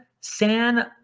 San